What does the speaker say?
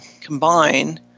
combine